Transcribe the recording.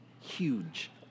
Huge